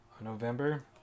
November